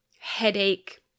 headache